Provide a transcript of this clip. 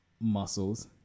muscles